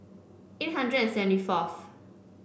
eight hundred and seventy fourth